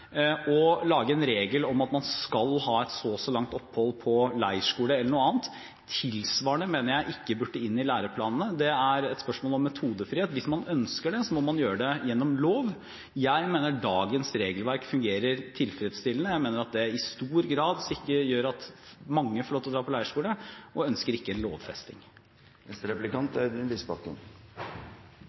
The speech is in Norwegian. Å lage en regel om at man skal ha et så og så langt opphold på leirskole eller noe annet tilsvarende, mener jeg ikke bør inn i læreplanene. Det er et spørsmål om metodefrihet. Hvis man ønsker det, må man gjøre det gjennom lov. Jeg mener dagens regelverk fungerer tilfredsstillende. Jeg mener det i stor grad gjør at mange får lov til å dra på leirskole, og ønsker ikke en lovfesting. Det er